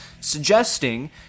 suggesting